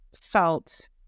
felt